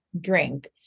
drink